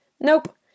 Nope